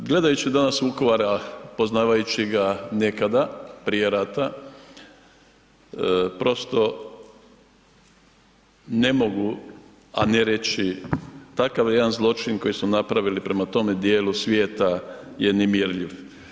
Gledajući danas Vukovar a poznavajući ga nekada prije rata prosto ne mogu a ne reći takav jedan zločin koji su napravili prema tome dijelu svijeta je nemjerljiv.